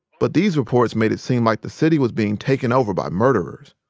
but these reports made it seem like the city was being taken over by murderers.